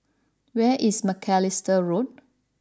where is Macalister Road